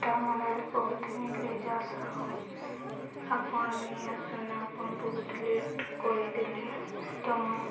ଅଟମଲାରୁ କହୁଥିନି ଲେଜ ଆସ ଆପଣ ନେଇ ଆସୁନ ଆପଣ ବହୁତ ଲେଟ କରିଦେଲେ ତୁମେ